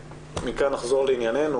מכאן נחזור לענייננו,